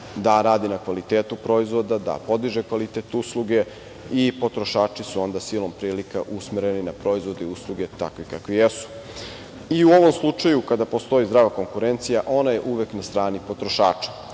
da radi na kvalitetu proizvoda, da podiže kvalitet usluge i potrošači su onda silom prilika usmereni na proizvode i usluge takvi kakvi jesu. I, u ovom slučaju kada postoji zdrava konkurencija, ona je uvek na strani potrošača.